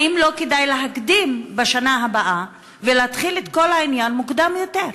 האם לא כדאי להקדים בשנה הבאה ולהתחיל את כל העניין מוקדם יותר?